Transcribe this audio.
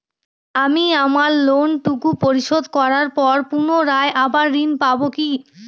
আমি আমার লোন টুকু পরিশোধ করবার পর পুনরায় আবার ঋণ পাবো কি?